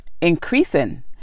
increasing